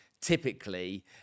typically